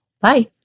Bye